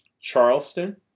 Charleston